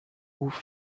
who